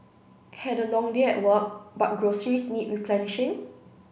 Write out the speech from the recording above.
had a long day at work but groceries need replenishing